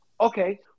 Okay